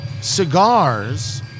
cigars